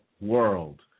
world